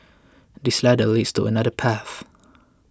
this ladder leads to another path